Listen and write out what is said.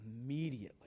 Immediately